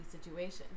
situation